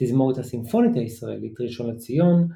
התזמורת הסימפונית הישראלית ראשון לציון,